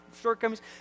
shortcomings